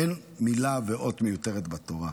אין מילה ואות מיותרות בתורה,